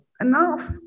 enough